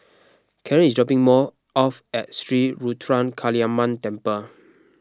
Karren is dropping more off at Sri Ruthra Kaliamman Temple